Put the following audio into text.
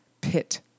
pit